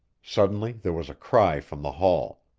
suddenly there was a cry from the hall.